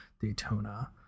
daytona